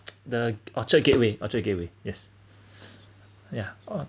the orchard gateway orchard gateway yes yeah uh